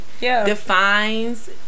defines